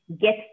get